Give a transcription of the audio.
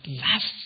last